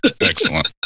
Excellent